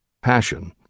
passion